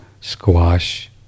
squash